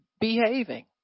behaving